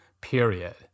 period